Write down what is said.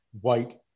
white